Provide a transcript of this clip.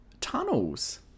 tunnels